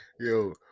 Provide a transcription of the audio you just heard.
Yo